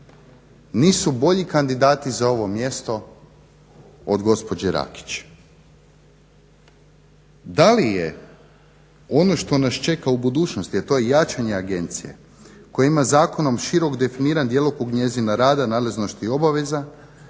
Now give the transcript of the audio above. nisu bolji kandidati za ovo mjesto od gospođe Rakić? Da li je ono što nas čeka u budućnosti sa to je jačanje agencije koja ima zakonom širok definiran djelokrug njezina rada nadležnosti i obaveza